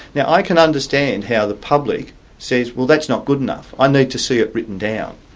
now i can understand how the public says, well that's not good enough, i need to see it written down.